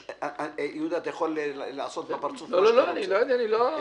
יהודה, אתה יכול לעשות בפרצוף מה שאתה רוצה.